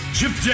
Chip